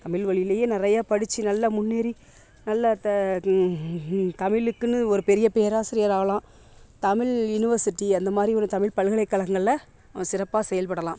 தமில் வழியிலையே நிறைய படித்து நல்லா முன்னேறி நல்லா இப்போ தமிழுக்குனு ஒரு பெரிய பேராசிரியர் ஆகலாம் தமிழ் யூனிவர்சிட்டி அந்த மாதிரி ஒரு தமிழ் பல்கலைக்கழகங்களில் சிறப்பாக செயல்படலாம்